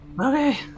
Okay